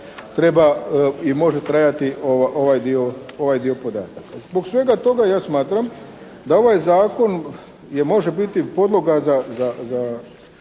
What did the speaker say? treba i može trajati ovaj dio podataka. Zbog svega toga ja smatram da ovaj zakon je može biti podloga za